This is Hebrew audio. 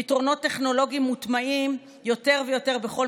פתרונות טכנולוגיים מוטמעים יותר ויותר בכל